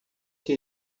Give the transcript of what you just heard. que